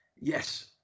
Yes